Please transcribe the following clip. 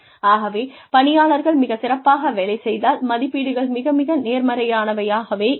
ஆகவே பணியாளர்கள் மிகச் சிறப்பாக வேலை செய்தால் மதிப்பீடுகள் மிக மிக நேர்மறையானவையாகவே இருக்கும்